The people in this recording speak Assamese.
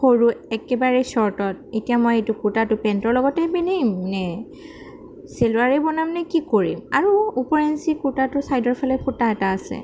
সৰু একেবাৰে ছৰ্টত এতিয়া মই এইটো কুৰ্তাটো পেণ্টৰ লগতেই পিন্ধিম নে চেলোৱাৰেই বনাম নে কি কৰিম আৰু উপৰিঞ্চি কুৰ্তাটোৰ চাইডৰ ফালে ফুটা এটা আছে